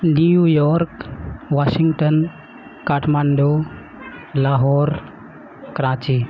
new York Washington Kathmandu Lahore Karachi